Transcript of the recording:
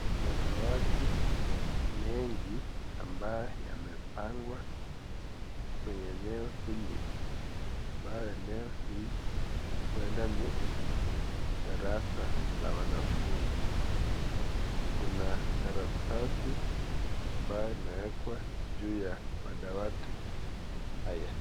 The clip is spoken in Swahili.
Madawati mengi ambayo yamepangwa kwenye eno hili ambayo eneo hii huwenda ni darasa la wanafunzi kuna karatasi ambayo imewekwa juu ya madawati haya.